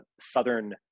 Southern